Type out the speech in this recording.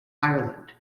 ireland